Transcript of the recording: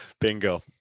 Bingo